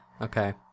okay